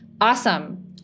awesome